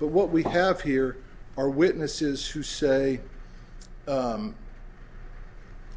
but what we have here are witnesses who say